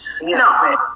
No